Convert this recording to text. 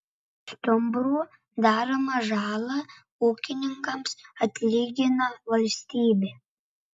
stumbrų daromą žalą ūkininkams atlygina valstybė